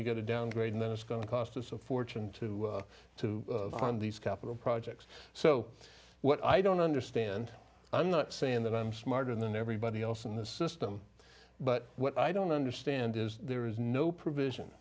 you get a downgrade and then it's going to cost us a fortune to to fund these capital projects so what i don't understand i'm not saying that i'm smarter than everybody else in the system but what i don't understand is there is no provision